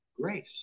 Grace